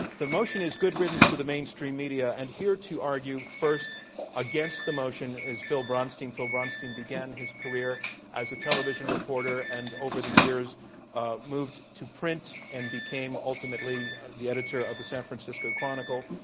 the motion is good riddance to the mainstream media and here to argue first against the motion is phil bronstein. phil bronstein began his career as a television reporter and over the years ah moved to print and became ultimately the editor of the san francisco chronicle,